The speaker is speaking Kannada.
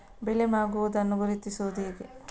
ಬೆಳೆ ಮಾಗುವುದನ್ನು ಗುರುತಿಸುವುದು ಹೇಗೆ?